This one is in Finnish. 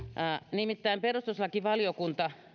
nimittäin perustuslakivaliokunta